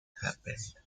happened